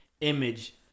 image